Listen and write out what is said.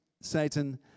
Satan